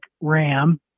ram